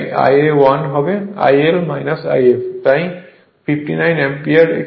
তাই Ia 1 হবে IL If তাই 59 অ্যাম্পিয়ার